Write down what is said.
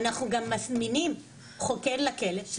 אנחנו גם מזמינים חוקר לכלא,